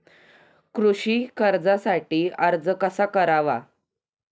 कृषी कर्जासाठी अर्ज कसा करावा?